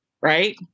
right